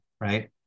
right